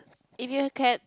if you have can